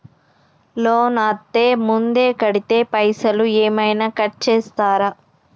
Loan అత్తే ముందే కడితే పైసలు ఏమైనా కట్ చేస్తరా?